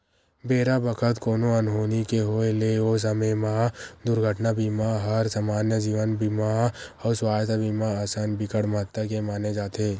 बेरा बखत कोनो अनहोनी के होय ले ओ समे म दुरघटना बीमा हर समान्य जीवन बीमा अउ सुवास्थ बीमा असन बिकट महत्ता के माने जाथे